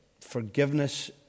forgiveness